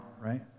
right